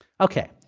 ok.